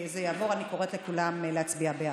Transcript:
אני קוראת לכולם להצביע בעד.